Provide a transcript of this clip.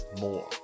more